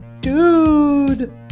Dude